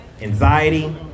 anxiety